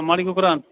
अमाड़ि कुपरान